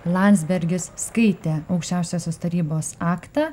landsbergis skaitė aukščiausiosios tarybos aktą